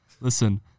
Listen